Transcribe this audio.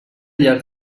llarg